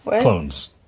clones